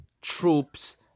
troops